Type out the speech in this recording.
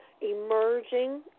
emerging